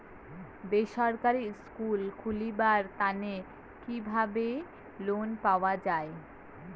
বেসরকারি স্কুল খুলিবার তানে কিভাবে লোন পাওয়া যায়?